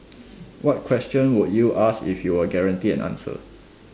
what question would you ask if you were guaranteed an answer